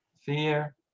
fear